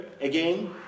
again